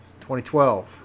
2012